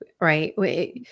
right